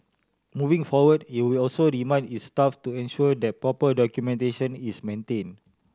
moving forward it would also remind its staff to ensure that proper documentation is maintained